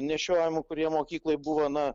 nešiojamų kurie mokyklai buvo na